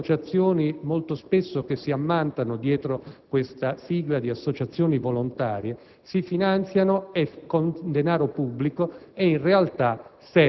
associazioni, che molto spesso si ammantano dietro la sigla di associazioni volontarie, si finanziano con denaro pubblico per